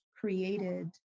created